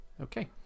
okay